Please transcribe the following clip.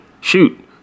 shoot